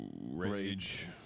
Rage